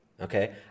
okay